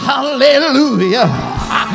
Hallelujah